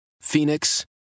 Phoenix